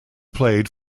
played